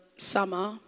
summer